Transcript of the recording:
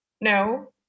no